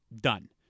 Done